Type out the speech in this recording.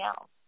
else